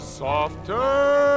softer